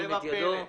הצבעה בעד,